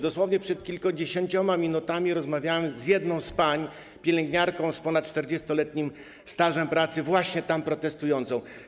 Dosłownie przed kilkudziesięcioma minutami rozmawiałem z jedną z pań, pielęgniarką z ponad 40-letnim stażem pracy, właśnie tam protestującą.